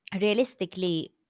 realistically